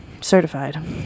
Certified